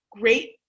great